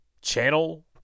channel